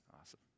Awesome